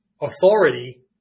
authority